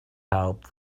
help